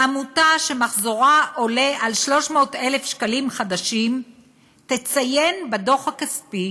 עמותה שמחזורה עולה על 300,000 שקלים חדשים תציין בדוח הכספי,